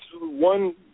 one